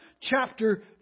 chapter